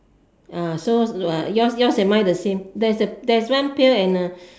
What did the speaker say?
ah so uh yours yours and mine the same there's there's one pail there's and a